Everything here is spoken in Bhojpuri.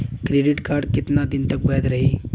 क्रेडिट कार्ड कितना दिन तक वैध रही?